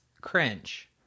Cringe